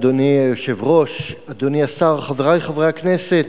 אדוני היושב-ראש, אדוני השר, חברי חברי הכנסת,